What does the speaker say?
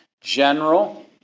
General